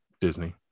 Disney